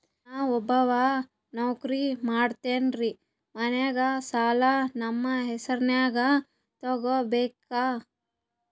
ನಾ ಒಬ್ಬವ ನೌಕ್ರಿ ಮಾಡತೆನ್ರಿ ಮನ್ಯಗ ಸಾಲಾ ನಮ್ ಹೆಸ್ರನ್ಯಾಗ ತೊಗೊಬೇಕ?